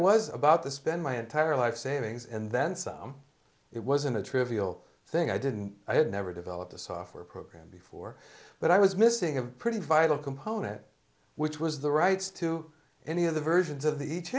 was about to spend my entire life savings and then some it wasn't a trivial thing i didn't i had never developed a software program before but i was missing a pretty vital component which was the rights to any of the versions of the